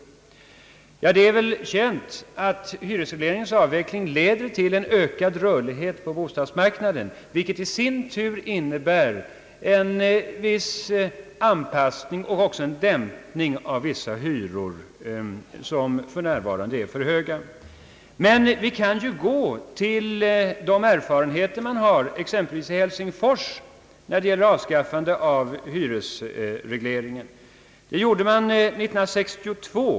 Det är väl känt att hyresregleringens avveckling leder till en ökad rörlighet på bostadsmarknaden, vilket i sin tur innebär en viss anpassning och en dämpning av vissa hyror som för närvarande är för höga. Men låt oss se på de erfarenheter man har exempelvis i Helsingfors när det gäller avskaffandet av hyresregleringen. Den avskaffades 1962.